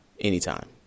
Anytime